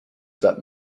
that